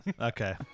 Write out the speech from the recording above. okay